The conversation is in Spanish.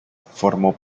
formó